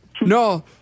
No